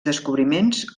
descobriments